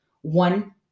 one